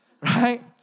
Right